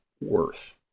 worth